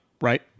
right